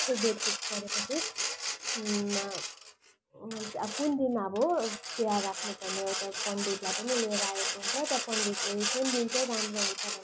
त्यो date fix गरेपछि अब कुन दिन अब बिहा राख्नुपर्ने हुन्छ पन्डितलाई पनि लिएर आएको हुन्छ त्यहाँ पन्डितले कुन दिन चाहिँ राम्रो हुन्छ भनेर